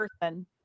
person